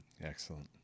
Excellent